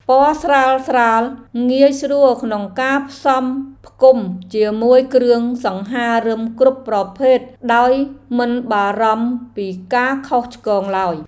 ពណ៌ស្រាលៗងាយស្រួលក្នុងការផ្សំផ្គុំជាមួយគ្រឿងសង្ហារិមគ្រប់ប្រភេទដោយមិនបារម្ភពីការខុសឆ្គងឡើយ។